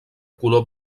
color